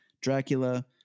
Dracula